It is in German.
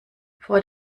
vor